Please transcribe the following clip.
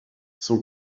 son